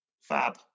Fab